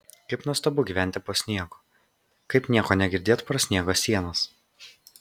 kaip nuostabu gyventi po sniegu kaip nieko negirdėt pro sniego sienas